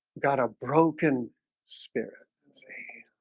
got a broken spirit of a